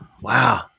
Wow